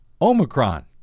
Omicron